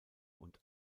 und